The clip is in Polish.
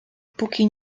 póki